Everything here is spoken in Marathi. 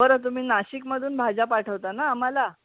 बरं तुम्ही नाशिकमधून भाज्या पाठवता ना आम्हाला